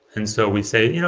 and so we say, you know